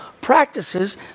practices